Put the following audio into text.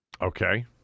Okay